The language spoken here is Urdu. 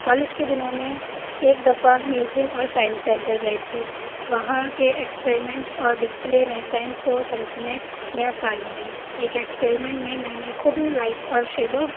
کالج کے دنوں میں ایک دفعہ میوزیم اور سائنس سینٹر گئے تھے وہاں کے ایکسپریمنٹ اور ڈسپلے نے سائنس کو سمجھنے میں آسانی دی ایک ایکسپریمنٹ میں نے خود لائٹ اور شیڈو